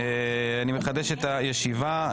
אני מחדש את הישיבה.